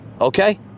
Okay